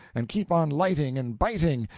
and keep on lighting and biting,